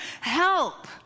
help